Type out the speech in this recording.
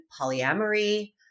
polyamory